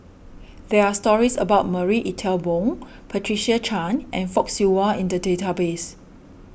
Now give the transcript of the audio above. there are stories about Marie Ethel Bong Patricia Chan and Fock Siew Wah in the database